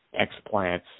explants